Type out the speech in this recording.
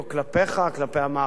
כלפי המערכת שלך,